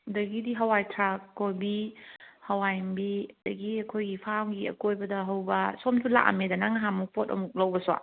ꯑꯗꯒꯤꯗꯤ ꯍꯋꯥꯏ ꯊ꯭ꯔꯥꯛ ꯀꯣꯕꯤ ꯍꯋꯥꯏ ꯃꯨꯕꯤ ꯑꯗꯒꯤ ꯑꯩꯈꯣꯏꯒꯤ ꯐꯥꯝꯒꯤ ꯑꯀꯣꯏꯕꯗ ꯍꯧꯕ ꯁꯣꯝꯁꯨ ꯂꯥꯛꯑꯝꯃꯦꯗꯅ ꯅꯍꯥꯟꯃꯨꯛ ꯄꯣꯠ ꯑꯃꯨꯛ ꯂꯧꯕꯁꯨ